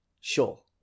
sure